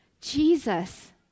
Jesus